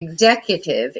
executive